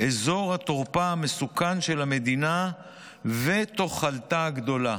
אזור התורפה המסוכן של המדינה ותוחלתה הגדולה"